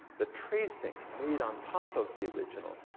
the tracing made on top of the original,